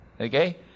Okay